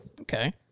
Okay